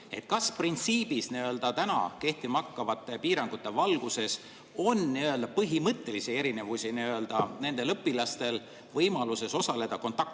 Kas täna kehtima hakkavate piirangute valguses on põhimõttelisi erinevusi nendel õpilastel võimaluses osaleda kontaktõppes?